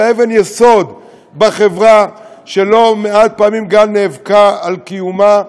אבן יסוד בחברה שלא מעט פעמים גם נאבקה על קיומה,